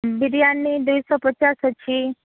ବିରିଆନୀ ଦୁଇଶହ ପଚାଶ ଅଛି